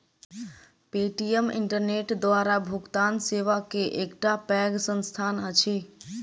Paytm internet द्वारा भुगतान सेवा के एकटा पैघ संस्थान अछि